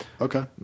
Okay